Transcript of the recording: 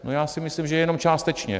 No, já si myslím, že jenom částečně.